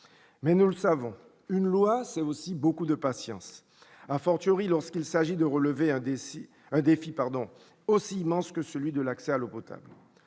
Mais, nous le savons, une loi, c'est aussi beaucoup de patience, lorsqu'il s'agit de relever un défi aussi immense que celui de l'accès à l'eau potable.